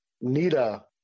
Nita